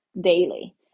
daily